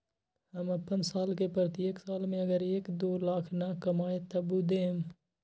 हम अपन साल के प्रत्येक साल मे अगर एक, दो लाख न कमाये तवु देम?